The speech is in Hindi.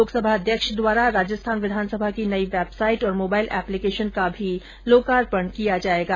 लोकसभा अध्यक्ष द्वारा राजस्थान विधानसभा की नई वैबसाइट और मोबाईल एप्लीकेशन का भी लोकार्पण किया जायेगा